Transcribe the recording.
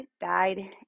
died